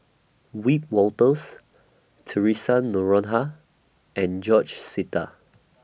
Wiebe Wolters Theresa Noronha and George Sita